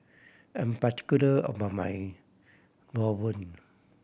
I'm particular about my rawon